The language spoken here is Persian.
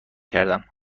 کردم